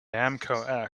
namco